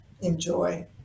enjoy